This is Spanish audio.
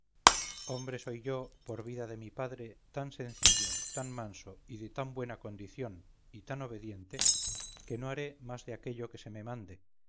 hombre soy yo por vida de mi padre tan sencillo tan manso y de tan buena condición y tan obediente que no haré más de aquello que se me mandare